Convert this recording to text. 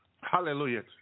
Hallelujah